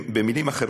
במילים אחרות,